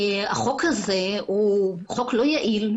החוק הזה הוא חוק לא יעיל,